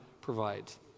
provides